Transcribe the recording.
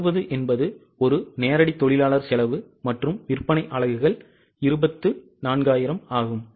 60 என்பது ஒரு நேரடி தொழிலாளர் செலவு மற்றும் விற்பனை அலகுகள் 24000 ஆகும்